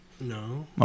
no